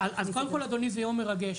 כל, אדוני, זה יום מרגש,